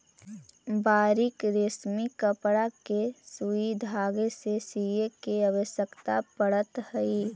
बारीक रेशमी कपड़ा के सुई धागे से सीए के आवश्यकता पड़त हई